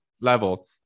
level